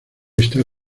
estar